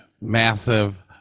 massive